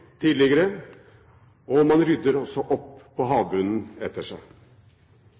tidligere, og man rydder også opp etter seg på havbunnen.